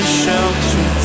shelter